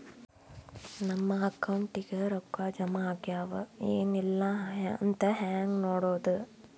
ನಮ್ಮ ಅಕೌಂಟಿಗೆ ರೊಕ್ಕ ಜಮಾ ಆಗ್ಯಾವ ಏನ್ ಇಲ್ಲ ಅಂತ ಹೆಂಗ್ ನೋಡೋದು?